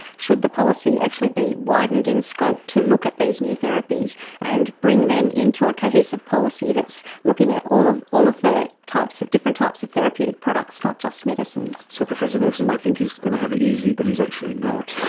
should the policy actually be widened in scope to look at these new therapies and bring them into a cohesive policy that's looking at all of all of the types of, different types of therapeutic products, not just medicines. so professor wilson might think he's going to have it easy but he's actually not.